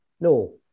No